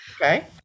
Okay